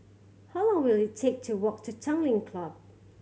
how long will it take to walk to Tanglin Club